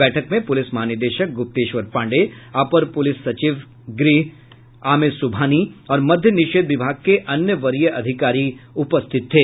बैठक में पुलिस महानिदेशक गुप्तेश्वर पांडेय अपर मुख्य सचिव गृह आमिर सुबहानी और मद्य निषेध विभाग के अन्य वरीय अधिकारी उपस्थित थे